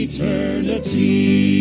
Eternity